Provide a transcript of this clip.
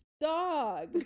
dog